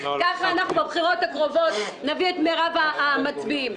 גם בבחירות הבאות נביא את מרב המצביעים.